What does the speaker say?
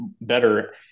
better